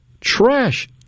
Trash